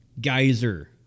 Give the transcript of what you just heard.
geyser